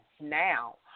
now